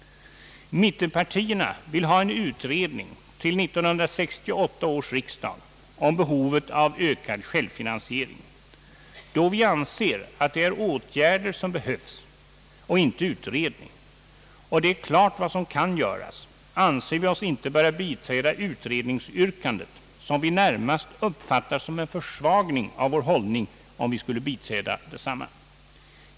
Mittenpartierna vill ha en utredning till 1968 års riksdag om behovet av ökad självfinansiering. Då vi anser att det är åtgärder som behövs och inte utredningar och det är klart vad som kan göras, anser vi oss inte böra biträda utredningsyrkandet, som vi närmast uppfattar som en försvagning av vår hållning om vi skulle biträda detsamma.